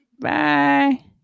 bye